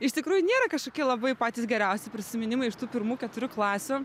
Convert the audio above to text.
iš tikrųjų nėra kažkokie labai patys geriausi prisiminimai iš tų pirmų keturių klasių